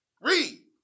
Read